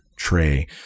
Tray